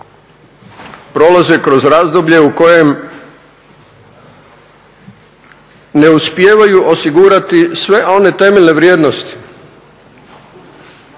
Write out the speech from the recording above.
prolaze kroz razdoblje u kojem ne uspijevaju osigurati sve one temeljne vrijednosti